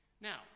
Now